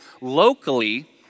locally